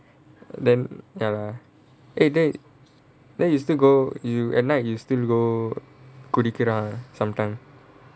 then ya lah eh dey then you still go you at night you still go குடிக்கிறான்:kudikiraan sometime